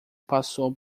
passou